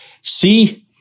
See